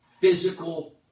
physical